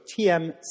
TM